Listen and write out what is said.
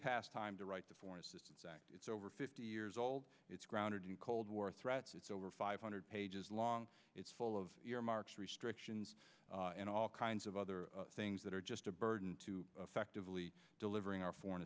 past time to write the foreign it's over fifty years old it's grounded in cold war threats it's over five hundred pages long it's full of earmarks restrictions and all kinds of other things that are just a burden to affectively delivering our foreign